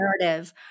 narrative